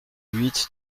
huit